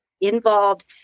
involved